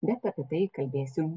bet apie tai kalbėsiu